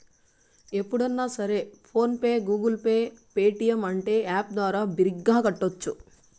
ఎప్పుడన్నా సరే PhonePe Google Pay Paytm అంటే యాప్ ద్వారా బిరిగ్గా కట్టోచ్చు